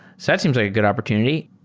so that seems like a good opportunity.